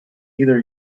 either